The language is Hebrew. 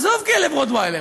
עזוב כלב רוטוויילר,